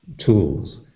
tools